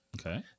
Okay